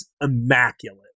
immaculate